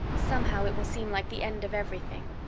somehow, it will seem like the end of everything.